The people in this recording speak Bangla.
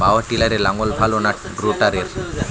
পাওয়ার টিলারে লাঙ্গল ভালো না রোটারের?